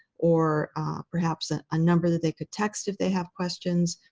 or perhaps, and a number that they could text if they have questions.